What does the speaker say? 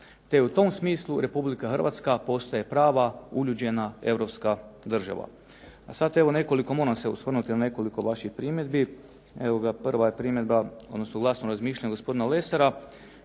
te u tom smislu Republika Hrvatska postaje prava uljuđena europska država. A sad evo nekoliko, moram se osvrnuti na nekoliko vaših primjedbi. Evo ga prva je primjedba, odnosno glasno razmišljanje gospodina Lesara,